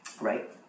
right